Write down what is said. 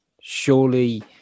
surely